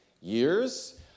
years